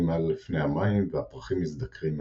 מעל לפני המים והפרחים מזדקרים מעליהם.